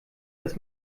dass